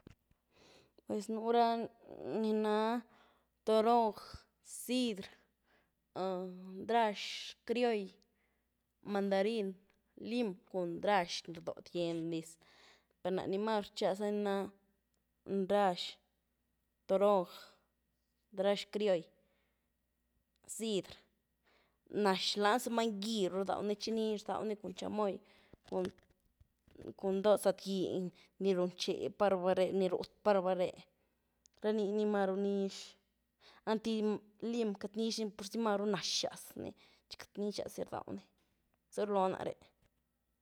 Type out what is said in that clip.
Pues nu’ra ni naa toronj, ziidr, ndrax criolly, mandarin, lim cun ndraz ni rdoo diend dis, per ni maru rxiglaza ni na ndrax, toronj, rndax criolly, ziidr; nax lani zomën ngy ru rdawnii, xi nix rdaewy cun chamoy, cun cun doo sëdy giny, ni runxe pa’raba re’, ru’t pa’raba re’, rani nii maru niëx, ënty lim cat nixdini purzi maru naxaz nii, cat nixas di rdawnii, zy rluloh nare’.